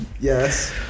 Yes